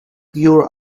pure